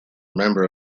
member